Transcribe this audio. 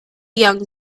young